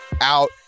out